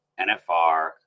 NFR